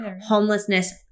homelessness